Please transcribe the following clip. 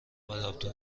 آداپتور